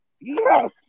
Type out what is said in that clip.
Yes